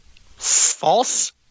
False